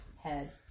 head